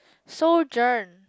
Sojourn